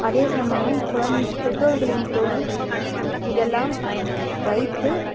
அதே சமயம் குழந் பெற்றோர்களின் தொழில் இதெலாம் வைத்து